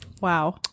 Wow